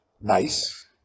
nice